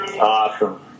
Awesome